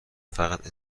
فقط